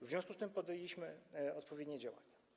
W związku z tym podjęliśmy odpowiednie działania.